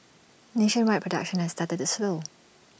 nationwide production has started to slow